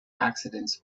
accidents